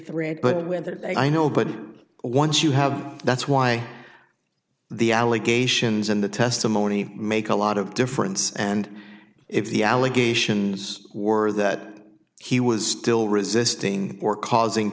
threat but whether i know but once you have that's why the allegations and the testimony make a lot of difference and if the allegations were that he was still resisting or causing